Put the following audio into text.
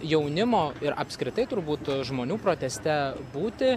jaunimo ir apskritai turbūt žmonių proteste būti